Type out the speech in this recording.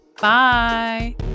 Bye